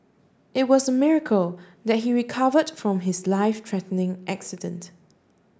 it was a miracle that he recovered from his life threatening accident